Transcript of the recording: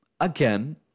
again